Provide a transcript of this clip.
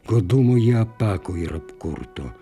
godumui jie apako ir apkurto